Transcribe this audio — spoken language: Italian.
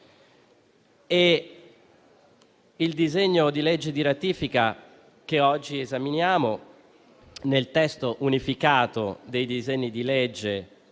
Il disegno di legge di ratifica, che oggi esaminiamo nel testo unificato dei disegni di legge